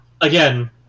Again